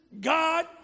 God